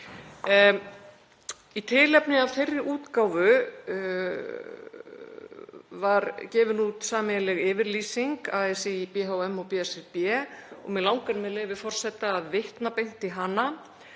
Í tilefni af þeirri útgáfu var gefin út sameiginleg yfirlýsing ASÍ, BHM og BSRB og mig langar, með leyfi forseta, að vitna beint í hana.